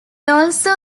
also